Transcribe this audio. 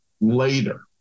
later